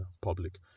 public